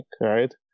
right